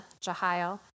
Jehiel